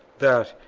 that,